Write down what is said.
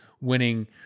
winning